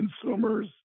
consumers